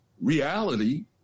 reality